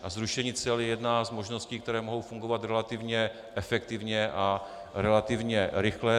A zrušení cel je jedna z možností, které mohou fungovat relativně efektivně a relativně rychle.